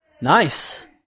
Nice